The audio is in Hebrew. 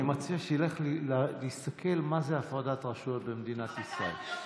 אני מציע שתלך להסתכל מה זה הפרדת רשויות במדינת ישראל.